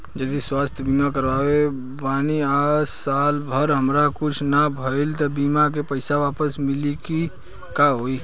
जदि स्वास्थ्य बीमा करावत बानी आ साल भर हमरा कुछ ना भइल त बीमा के पईसा वापस मिली की का होई?